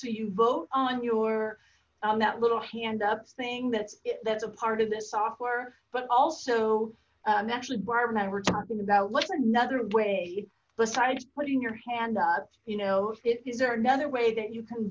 so you vote on your on that little hand up thing that's that's a part of this software but also i'm actually barb and i were talking about what's another way besides putting your hand up you know it is there another way that you can